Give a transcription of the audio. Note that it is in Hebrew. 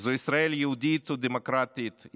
זאת ישראל יהודית ודמוקרטית,